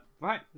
Right